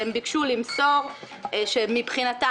הם ביקשו למסור שמבחינתם,